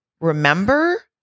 remember